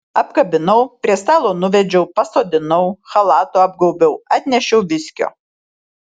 apkabinau prie stalo nuvedžiau pasodinau chalatu apgaubiau atnešiau viskio